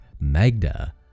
Magda